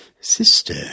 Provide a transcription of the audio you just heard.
sister